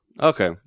Okay